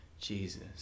Jesus